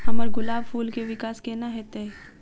हम्मर गुलाब फूल केँ विकास कोना हेतै?